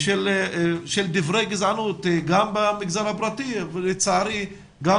של דברי גזענות גם במגזר הפרטי ולצערי גם